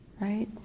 right